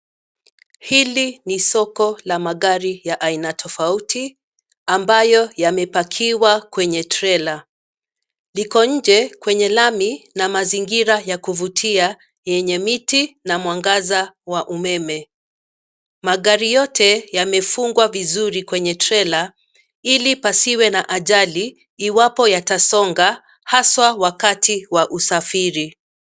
Hili ni soko la magari ya aina tofauti ambayo yamepakiwa kwenye trela. Viko nje kwenye lami na mazingira ya kuvutia yenye miti na mwangaza wa umeme. Magari yote yamefungwa vizuri kwenye trela ili pasiwe na ajali iwapo yatasonga haswaa wakati wa usafiri.